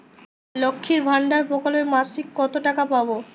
লক্ষ্মীর ভান্ডার প্রকল্পে মাসিক কত টাকা পাব?